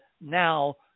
now